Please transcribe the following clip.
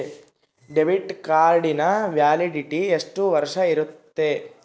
Debit ಕಾರ್ಡಿನ validity ಎಷ್ಟು ವರ್ಷ ಇರುತ್ತೆ?